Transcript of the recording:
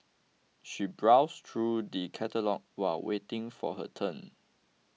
she browsed through the catalogues while waiting for her turn